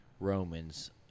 Romans